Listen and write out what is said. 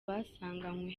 basanganywe